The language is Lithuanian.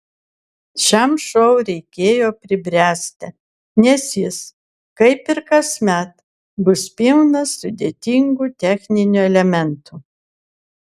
šiam šou reikėjo pribręsti nes jis kaip ir kasmet bus pilnas sudėtingų techninių elementų